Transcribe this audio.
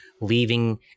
leaving